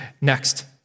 next